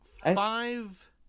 five